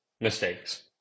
mistakes